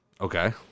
Okay